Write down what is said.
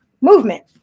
movement